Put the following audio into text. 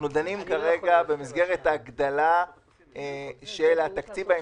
אנחנו דנים כרגע במסגרת ההגדלה של התקציב ההמשכי.